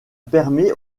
permet